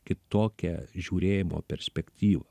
kitokią žiūrėjimo perspektyvą